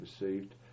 received